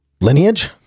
lineage